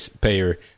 payer